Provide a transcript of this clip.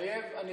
מתחייב אני.